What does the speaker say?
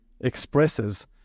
expresses